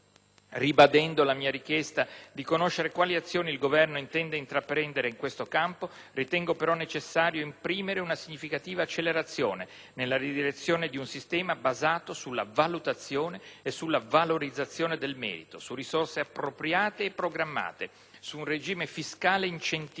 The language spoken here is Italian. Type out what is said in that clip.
ribadendo la mia richiesta di conoscere quali azioni il Governo intenda intraprendere in questo campo, ritengo però necessario imprimere una significativa accelerazione nella direzione di un sistema basato sulla valutazione e sulla valorizzazione del merito, su risorse appropriate e programmate, su un regime fiscale incentivante